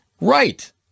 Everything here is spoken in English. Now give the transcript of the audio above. Right